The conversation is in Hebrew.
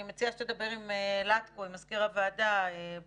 אני מציעה שתדבר עם לטקו או עם מזכיר הוועדה בהתאמה.